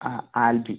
ആ ആൽബി